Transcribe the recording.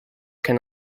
can